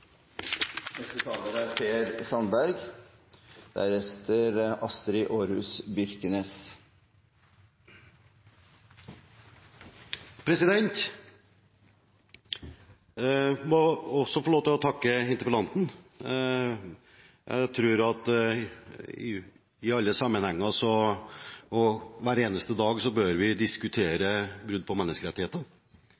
må også få lov til å takke interpellanten. Jeg tror vi i alle sammenhenger og hver eneste dag bør diskutere